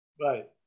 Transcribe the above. right